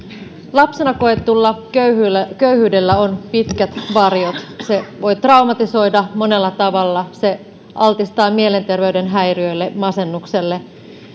lapsena koetulla köyhyydellä köyhyydellä on pitkät varjot se voi traumatisoida monella tavalla se altistaa mielenterveyden häiriöille masennukselle